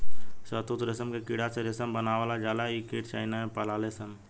शहतूत रेशम के कीड़ा से रेशम बनावल जाला इ कीट चाइना में पलाले सन